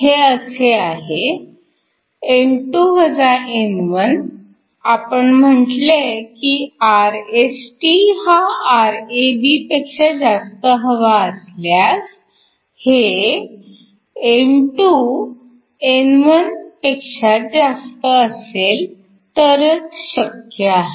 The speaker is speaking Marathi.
हे असे आहे आपण म्हटले की Rst हा Rabपेक्षा जास्त हवा असल्यास हे N2 N1 असेल तरच शक्य आहे